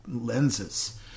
lenses